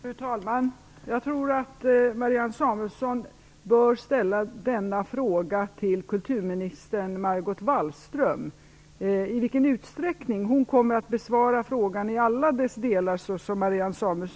Fru talman! Jag tror att Marianne Samuelsson bör ställa denna fråga till kulturminister Margot Wallström. I vilken utsträckning hon kommer att besvara frågan i alla dess delar kan jag inte bedöma.